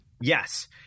Yes